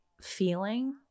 feeling